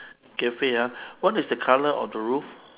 cafe ah what is the colour of the roof